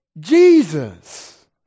Jesus